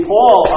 Paul